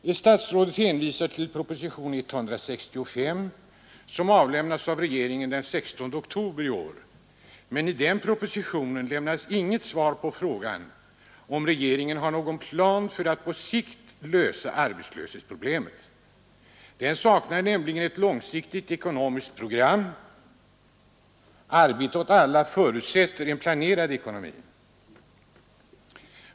Statsrådet hänvisar nu till propositionen 165, som avlämnades av regeringen den 16 oktober i år, men i den propositionen lämnas inget svar på frågan huruvida regeringen har någon plan för att på sikt lösa arbetslöshetsproblemen. Den saknar nämligen ett långsiktigt ekonomiskt program. Arbete åt alla förutsätter en planerad ekonomi.